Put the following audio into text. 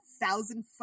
thousand